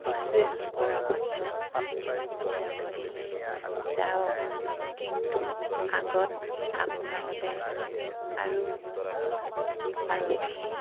request কৰা পাছত যাব দিলে যাওক কিন্তু আগত আপোনালোকে আৰু আৰক্ষী